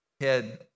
head